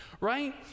Right